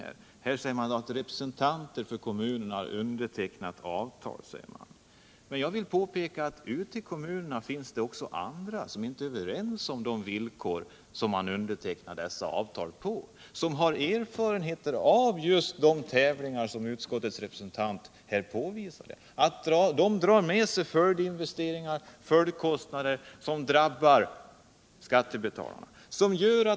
Man säger att representanter för kommuner har undertecknat ett avtal. Men jag vill påpeka att det i kommunerna finns andra som inte är med på de villkor som avtalen innehåller. Detta är personer som har erfarenhet av sådana tävlingar som utskottets representant här talat om. De drar med sig följdinvesteringar, som drabbar skattebetalarna.